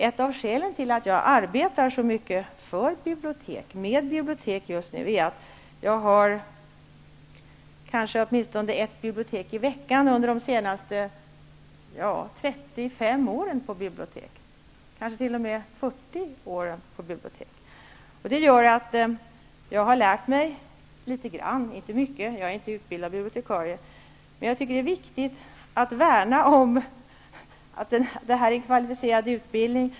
Ett av skälen till att jag arbetar så mycket för och med bibliotek just nu är att jag under de senaste 35--40 åren har besökt kanske ett bibliotek i veckan. Det bidrager till att jag lär mig litet grand, inte mycket. Jag är inte utbildad bibliotikarie, men jag tycker att det är viktigt att värna om en kvalificerad utbildning.